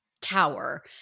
tower